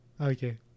Okay